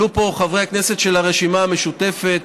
עלו פה חברי הכנסת של הרשימה המשותפת,